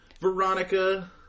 Veronica